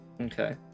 Okay